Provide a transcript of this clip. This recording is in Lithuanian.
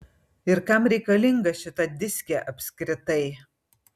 ir kam reikalinga šita diskė apskritai